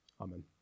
Amen